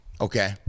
okay